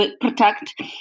protect